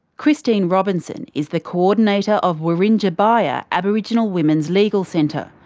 christine robinson is the coordinator of wirringa baiya aboriginal women's legal centre.